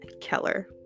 Keller